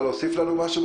רוצה להוסיף משהו?